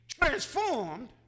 transformed